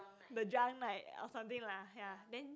the drunk night or something lah ya then